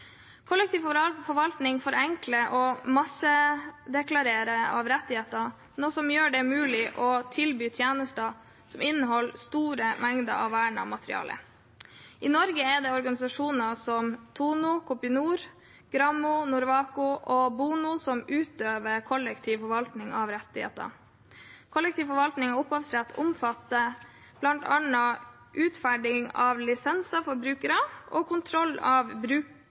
Kollektiv forvaltning forenkler også masseklarering av rettigheter, noe som gjør det mulig å tilby tjenester som inneholder store mengder vernet materiale. I Norge er det organisasjoner som TONO, Kopinor, Gramo, Norwaco og BONO som utøver kollektiv forvaltning av rettigheter. Kollektiv forvaltning av opphavsrett omfatter bl.a. utferding av lisenser for brukere, kontroll av